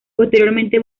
posteriormente